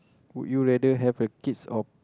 would you rather have a kids or